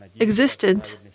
existent